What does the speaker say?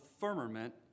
firmament